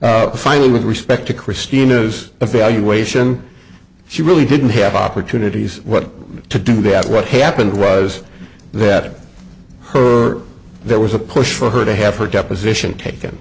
finally with respect to christina's evaluation she really didn't have opportunities what to do that what happened was that in her there was a push for her to have her deposition taken